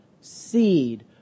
seed